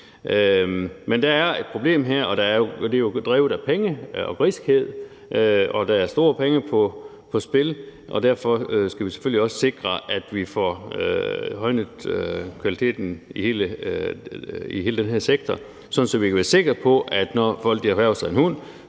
Men der er et problem her, og det er jo drevet af penge og griskhed; der er store beløb på spil, og derfor skal vi selvfølgelig også sikre, at vi får højnet kvaliteten i hele den her sektor, sådan at vi kan være sikre på, at når folk erhverver sig en hund,